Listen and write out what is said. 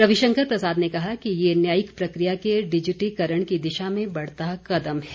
रविशंकर प्रसाद ने कहा कि यह न्यायिक प्रक्रिया के डिजिटिकरण की दिशा में बढ़ता कदम है